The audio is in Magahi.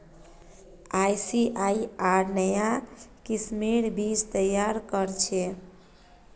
आईसीएआर नाया किस्मेर बीज तैयार करछेक